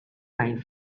night